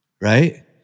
right